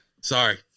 sorry